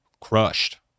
crushed